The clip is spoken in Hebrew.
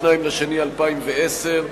22 בפברואר 2010,